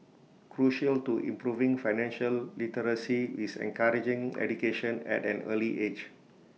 crucial to improving financial literacy is encouraging education at an early age